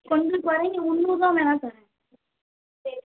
கொஞ்சம் குறைங்க முந்நூறுருபாய் வேண்ணா தர்றேன் சரி